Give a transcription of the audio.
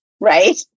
right